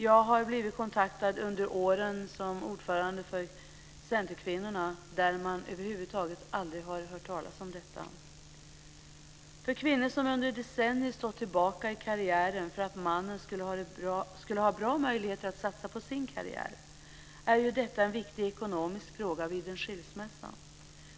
Jag har under åren som ordförande för Centerkvinnorna blivit kontaktad av personer som över huvud taget aldrig har hört talas om detta. För kvinnor som under decennier stått tillbaka i karriären för att mannen skulle ha bra möjligheter att satsa på sin karriär är detta en viktig ekonomisk fråga vid en skilsmässa.